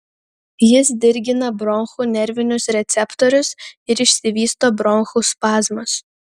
jis dirgina bronchų nervinius receptorius ir išsivysto bronchų spazmas